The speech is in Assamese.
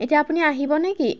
এতিয়া আপুনি আহিব নে কি